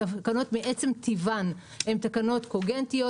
התקנות מעצם טיבן הן תקנות קוגנטיות,